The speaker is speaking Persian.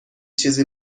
چیزی